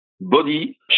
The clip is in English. body